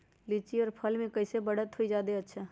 लिचि क फल म कईसे बढ़त होई जादे अच्छा?